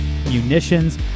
Munitions